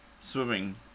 swimming